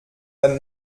dann